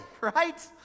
right